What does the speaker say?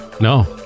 No